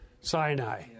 Sinai